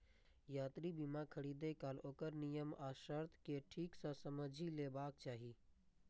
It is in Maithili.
यात्रा बीमा खरीदै काल ओकर नियम आ शर्त कें ठीक सं समझि लेबाक चाही